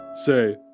say